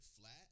flat